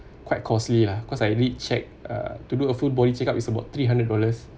quite costly lah cause like really check uh to do a full body check up is about three hundred dollars